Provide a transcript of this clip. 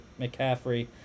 McCaffrey